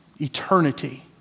eternity